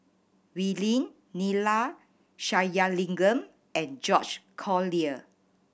Wee Lin Neila Sathyalingam and George Collyer